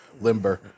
limber